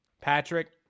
Patrick